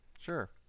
Sure